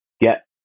get